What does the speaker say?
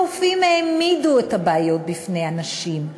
הרופאים העמידו את הבעיות בפני הנשים,